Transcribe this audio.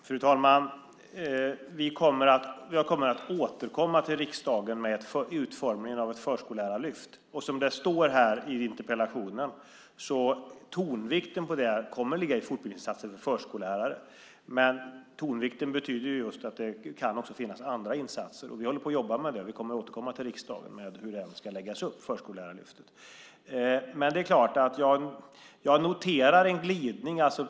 Fru talman! Jag kommer att återkomma till riksdagen med utformningen av ett förskollärarlyft. Och som det står i interpellationen kommer tonvikten på det att ligga på fortbildningsinsatser för förskollärare, men tonvikten betyder just att det också kan finnas andra insatser. Vi håller på att jobba med det och kommer att återkomma till riksdagen med hur Förskollärarlyftet ska läggas upp. Jag noterar en glidning.